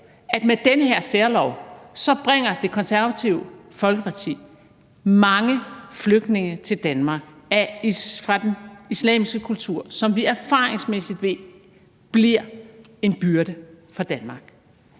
at med den her særlov bringer Det Konservative Folkeparti mange flygtninge til Danmark fra den islamiske kultur, som vi erfaringsmæssigt ved bliver en byrde for Danmark.